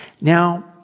Now